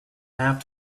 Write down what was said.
have